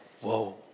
whoa